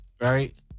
right